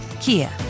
Kia